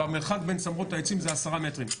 ומרחק בין צמרות העצים הוא 10 מטרים.